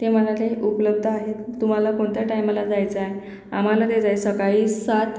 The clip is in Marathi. ते म्हणाले उपलब्ध आहेत तुम्हाला कोणत्या टायमाला जायचं आहे आम्हाला ते जाय सकाळी सात